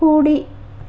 కుడి